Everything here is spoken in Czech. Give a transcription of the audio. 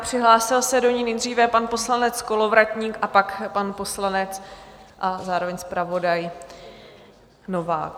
Přihlásil se do ní nejdříve pan poslanec Kolovratník a pak pan poslanec a zároveň zpravodaj Novák.